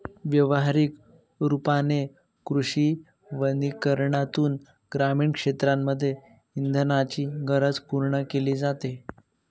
व्यवहारिक रूपाने कृषी वनीकरनातून ग्रामीण क्षेत्रांमध्ये इंधनाची गरज पूर्ण केली जाते